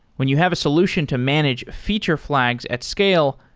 when you have a solution to manage feature flags at scale,